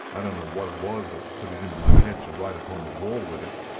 i don't know what it was that put it into my head to write upon the wall with it.